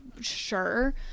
sure